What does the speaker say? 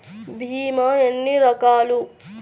భీమ ఎన్ని రకాలు?